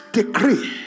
decree